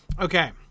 okay